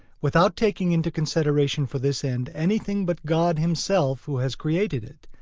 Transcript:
without taking into consideration for this end anything but god himself who has created it,